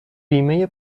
بیمه